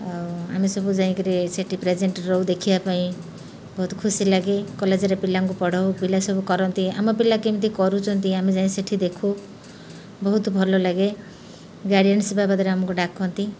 ଆଉ ଆମେ ସବୁ ଯାଇକିରି ସେଠି ପ୍ରେଜେଣ୍ଟ୍ ରହୁ ଦେଖିବା ପାଇଁ ବହୁତ ଖୁସି ଲାଗେ କଲେଜ୍ରେ ପିଲାଙ୍କୁ ପଢ଼ାଉ ପିଲା ସବୁ କରନ୍ତି ଆମ ପିଲା କେମିତି କରୁଛନ୍ତି ଆମେ ଯାଇ ସେଠି ଦେଖୁ ବହୁତ ଭଲ ଲାଗେ ଗାର୍ଡ଼ିଏନ୍ସ ବାବଦରେ ଆମକୁ ଡ଼ାକନ୍ତି